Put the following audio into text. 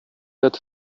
that